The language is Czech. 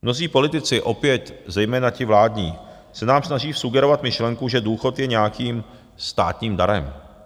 Mnozí politici, opět zejména ti vládní, se nám snaží vsugerovat myšlenku, že důchod je nějakým státním darem.